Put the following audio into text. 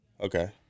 Okay